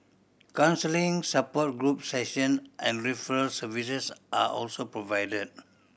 counselling support group session and referral services are also provided